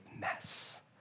mess